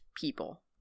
people